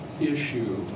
issue